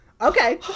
Okay